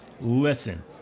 listen